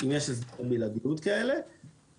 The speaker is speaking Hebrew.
אם יש הסכמי בלעדיות כאלה,